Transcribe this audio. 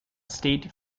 state